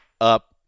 up